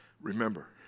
Remember